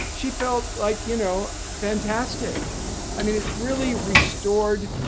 she felt like you know fantastic i mean it's really restored.